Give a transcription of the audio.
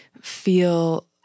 feel